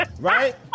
right